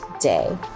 day